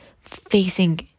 facing